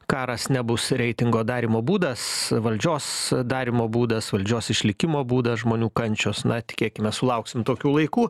karas nebus reitingo darymo būdas valdžios darymo būdas valdžios išlikimo būdas žmonių kančios na tikėkimės sulauksim tokių laikų